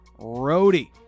roadie